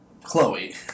Chloe